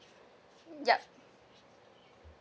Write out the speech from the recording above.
yup